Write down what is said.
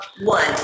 One